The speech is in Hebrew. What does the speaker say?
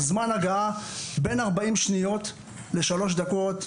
זמן הגעה בין 40 שניות לשלוש דקות במקסימום,